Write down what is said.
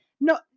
no